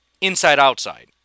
inside-outside